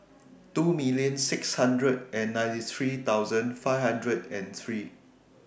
two million six hundred and ninety three thousand five hundred and three